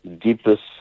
deepest